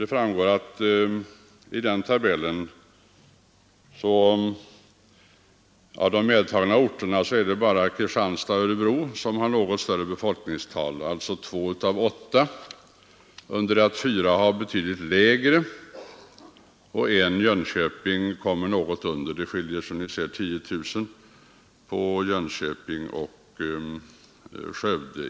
Det framgår av tabellen att av de medtagna orterna är det bara Kristianstad och Örebro som har något större befolkningstal — alltså två orter av åtta — under det att fyra har betydligt lägre tal, och en ort, Jönköping, kommer något under. Det skiljer med 10 000 mellan Jönköping och Skövde.